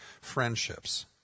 friendships